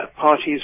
parties